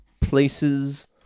places